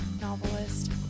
novelist